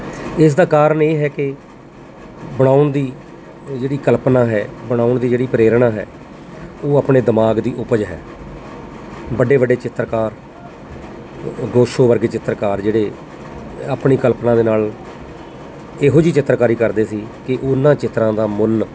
ਇਸ ਦਾ ਕਾਰਨ ਇਹ ਹੈ ਕਿ ਬਣਾਉਣ ਦੀ ਜਿਹੜੀ ਕਲਪਨਾ ਹੈ ਬਣਾਉਣ ਦੀ ਜਿਹੜੀ ਪ੍ਰੇਰਣਾ ਹੈ ਉਹ ਆਪਣੇ ਦਿਮਾਗ ਦੀ ਉਪਜ ਹੈ ਵੱਡੇ ਵੱਡੇ ਚਿੱਤਰਕਾਰ ਗੋਸੋ ਵਰਗੇ ਚਿੱਤਰਕਾਰ ਜਿਹੜੇ ਆਪਣੀ ਕਲਪਨਾ ਦੇ ਨਾਲ ਇਹੋ ਜਿਹੀ ਚਿਤਰਕਾਰੀ ਕਰਦੇ ਸੀ ਕਿ ਉਹਨਾਂ ਚਿੱਤਰਾਂ ਦਾ ਮੁੱਲ